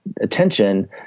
attention